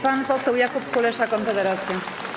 Pan poseł Jakub Kulesza, Konfederacja.